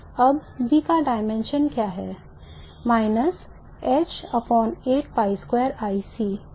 अब B का dimension क्या है